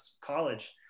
college